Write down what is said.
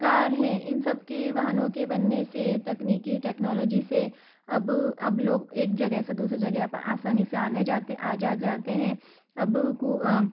car है इन सबके वाहनों के बनने से तकनीकी टेक्नॉलजी से अब अब लोग एक जगह से दूसरी जगह आसानी से आने जाते आ जा जाते है अब कु